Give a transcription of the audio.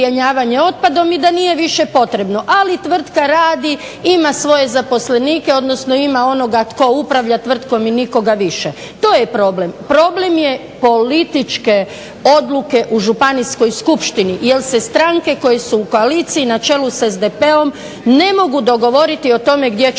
i da nije više potrebno, ali tvrtka radi, ima svoje zaposlenike, odnosno ima one koji upravljaju tvrtkom i nikoga više. To je problem, problem je političke odluke u županijskoj skupštini jer se stranke koje su u koaliciji na čelu s SDP-om ne nogu dogovoriti o tome gdje će